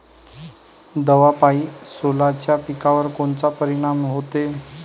दवापायी सोल्याच्या पिकावर कोनचा परिनाम व्हते?